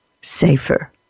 safer